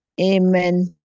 Amen